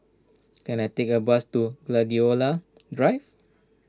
can I take a bus to Gladiola Drive